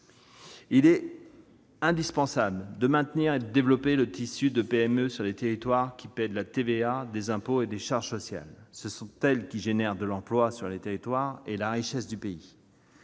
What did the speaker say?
Il est indispensable de maintenir et de développer le tissu de PME sur les territoires qui paient de la TVA, des impôts et des charges sociales. Ce sont elles qui génèrent de l'emploi sur les territoires et créent la richesse du pays.